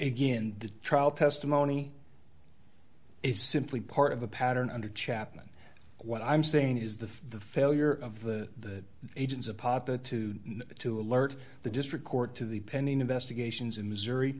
and the trial testimony is simply part of a pattern under chapman what i'm saying is that the failure of the agents of papa to to alert the district court to the pending investigations in missouri